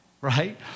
right